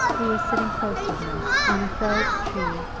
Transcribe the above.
who was sitting close to her, on a felled tree,